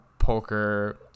poker